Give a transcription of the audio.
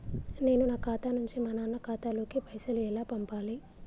నేను నా ఖాతా నుంచి మా నాన్న ఖాతా లోకి పైసలు ఎలా పంపాలి?